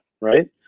right